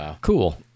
Cool